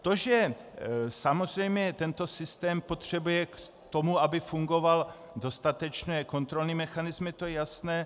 To, že samozřejmě tento systém potřebuje k tomu, aby fungoval, dostatečné kontrolní mechanismy, to je jasné.